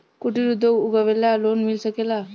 कुटिर उद्योग लगवेला लोन मिल सकेला?